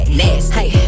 nasty